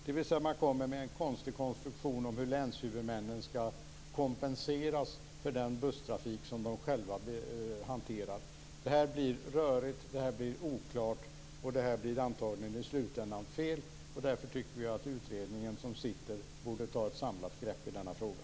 Man kommer alltså med en konstig konstruktion för hur länshuvudmännen skall kompenseras för den busstrafik som de själva hanterar. Det här blir rörigt och oklart. Antagligen blir det också i slutändan fel. Därför tycker vi att sittande utredning borde ta ett samlat grepp i frågan.